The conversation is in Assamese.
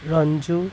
ৰঞ্জু